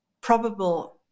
probable